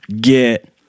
get